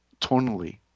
tonally